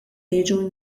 jiġu